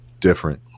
different